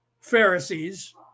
Pharisees